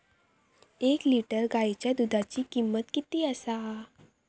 एक लिटर गायीच्या दुधाची किमंत किती आसा?